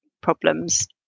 problems